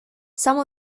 some